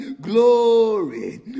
glory